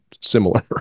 similar